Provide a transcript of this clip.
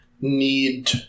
need